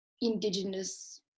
Indigenous